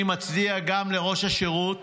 אני מצדיע גם לראש השירות